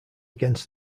against